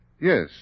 Yes